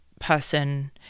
person